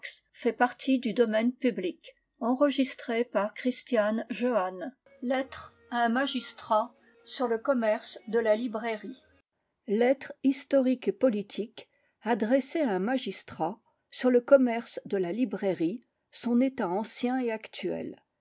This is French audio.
lettre historique et politique adressée à un magistrat sur le commerce de la librairie son état ancien et actuel